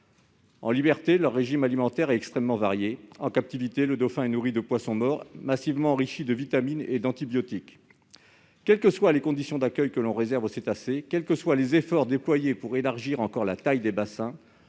En liberté, leur régime alimentaire est très varié. En captivité, le dauphin est nourri de poissons morts massivement enrichis de vitamines et d'antibiotiques. Quelles que soient les conditions d'accueil que l'on réserve aux cétacés, quels que soient les efforts déployés pour élargir encore la taille des bassins,